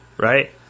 right